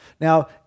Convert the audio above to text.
Now